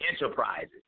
Enterprises